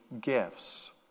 gifts